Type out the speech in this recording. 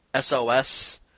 SOS